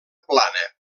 plana